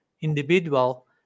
individual